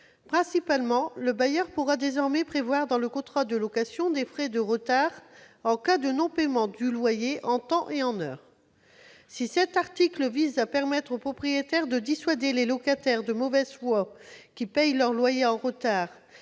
Principalement, le bailleur pourra désormais prévoir, dans le contrat de location, des frais de retard en cas de non-paiement du loyer en temps et en heure. Si cet article vise à permettre aux propriétaires de dissuader les locataires de mauvaise foi qui payent leur loyer en retard,